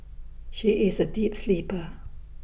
she is A deep sleeper